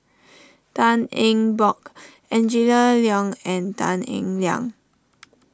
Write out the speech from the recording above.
Tan Eng Bock Angela Liong and Tan Eng Liang